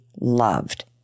loved